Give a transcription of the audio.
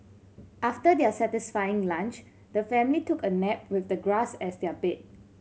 after their satisfying lunch the family took a nap with the grass as their bed